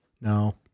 No